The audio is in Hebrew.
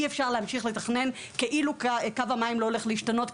אי אפשר להמשיך לתכנן כאילו קו המים לא הולך להשתנות,